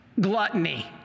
gluttony